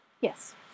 Yes